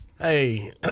Hey